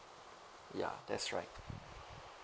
ya that's right